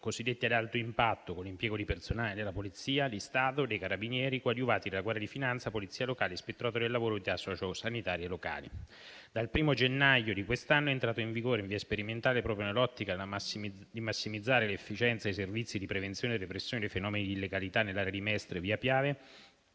cosiddetti ad alto impatto, con l'impiego di personale della Polizia di Stato e dei Carabinieri, coadiuvati da Guardia di finanza, Polizia locale, Ispettorato del lavoro e unità sociosanitarie locali. Dal 1° gennaio di quest'anno è entrato in vigore, in via sperimentale e proprio nell'ottica di massimizzare l'efficacia dei servizi di prevenzione e repressione dei fenomeni di illegalità nell'area di Mestre-Via Piave,